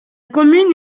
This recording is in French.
commune